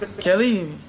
Kelly